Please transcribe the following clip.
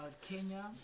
Kenya